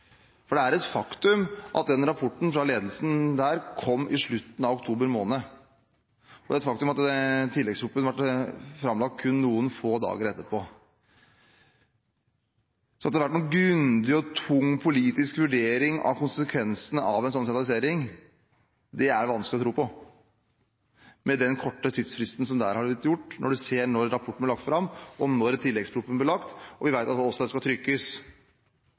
slutten av oktober måned, og det er et faktum at tilleggsproposisjonen ble framlagt kun noen få dager etterpå. At det har vært noen grundig og tung politisk vurdering av konsekvensene av en sånn sentralisering, er det vanskelig å tro på med den korte tidsfristen som har vært, når man ser når rapporten og tilleggsproposisjonen ble lagt fram, og vi vet at det også skal trykkes. Det har gått noen døgn, og så har man bare banket gjennom det noen embedsmenn ønsker. Det står også veldig tydelig i tilleggsproposisjonen at det